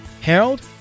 Harold